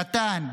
קטן,